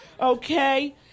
okay